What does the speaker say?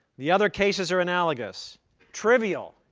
the other cases are analogous trivial.